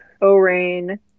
O-Rain